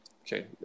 Okay